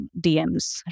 DMs